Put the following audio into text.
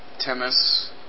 Temis